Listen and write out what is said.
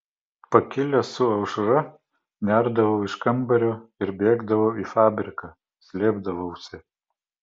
pakilęs su aušra nerdavau iš kambario ir bėgdavau į fabriką slėpdavausi